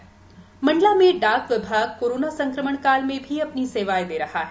मंडला डाक मंडला में डाक विभाग कोरोना सकरमण काल में भी अपनी सेवाएं दे रहा है